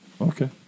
Okay